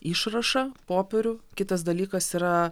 išrašą popierių kitas dalykas yra